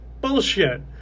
Bullshit